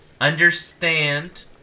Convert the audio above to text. Understand